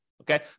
Okay